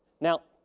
now,